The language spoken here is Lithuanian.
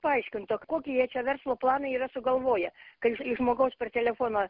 paaiškintų kokį jie čia verslo planą yra sugalvoję kai iš žmogaus per telefoną